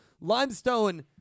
Limestone